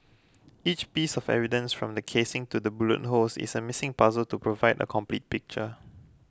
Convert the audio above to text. each piece of evidence from the casings to the bullet holes is a missing puzzle to provide a complete picture